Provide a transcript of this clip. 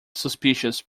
suspicious